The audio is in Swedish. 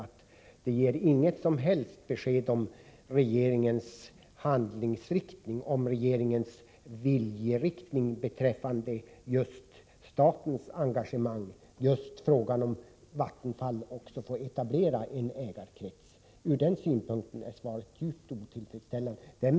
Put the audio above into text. Svaret ger alltså inget som helst besked om regeringens viljeoch handlingsinriktning i frågan om statens engagemang för att Vattenfall skall få etablera en ägarkrets, och det är djupt otillfredsställande.